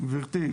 גבירתי,